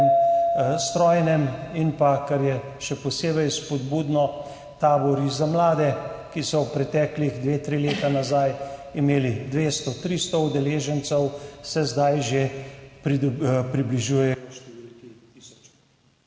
strojnem. In kar je še posebej spodbudno, tabori za mlade, ki so pretekli dve, tri leta nazaj imeli 200, 300 udeležencev, se zdaj že približujejo